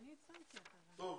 טוב.